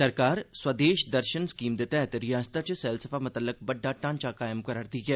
सरकार स्वदेश दर्शन स्कीम दे तैहत रिआसता च सैलसफा मतल्लक बड्डा ढांचा कायम करै'रदी ऐ